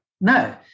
No